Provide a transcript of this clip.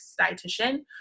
dietitian